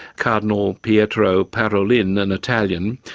cardinal pietro parolin, an italian,